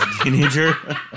teenager